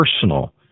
personal